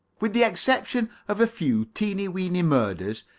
with the exception of a few teeny-weeny murders,